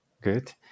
good